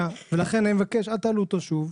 לכן אני מבקש אל תעלו אותו שוב.